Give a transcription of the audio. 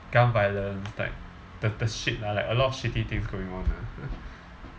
gun violence like the the shit lah like a lot of shitty things going on ah